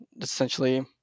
essentially